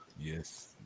Yes